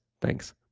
Thanks